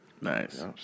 Nice